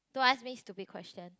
don't ask me stupid question